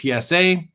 PSA